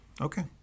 Okay